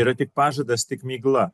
yra tik pažadas tik migla